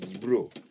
Bro